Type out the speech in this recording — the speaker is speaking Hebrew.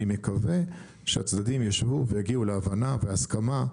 אני מקווה שהצדדים ישבו ויגיעו להבנה והסכמה,